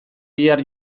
bihar